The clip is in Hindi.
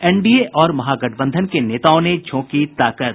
एनडीए और महागठबंधन के नेताओं ने झोंकी ताकत